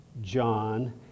John